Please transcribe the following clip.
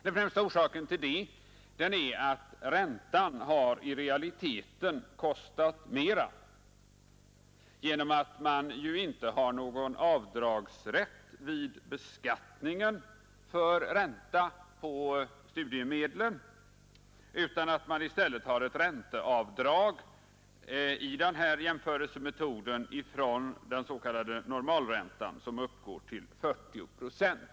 Den främsta orsaken till det är att räntan i realiteten har kostat mera genom att man ju inte har någon avdragsrätt vid beskattningen för ränta på studiemedlen utan i stället enligt jämförelsemetoden ett ränteavdrag från den s.k. normalräntan som uppgår till 40 procent.